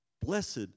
Blessed